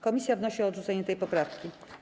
Komisja wnosi o odrzucenie tej poprawki.